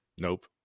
nope